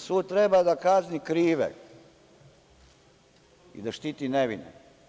Sud treba da kazni krive i da štiti nevine.